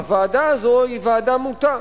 הוועדה הזאת היא ועדה מוטה.